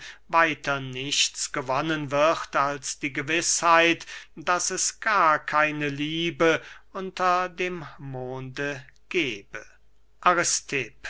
weiter nichts gewonnen wird als die gewißheit daß es gar keine liebe unter dem monde gebe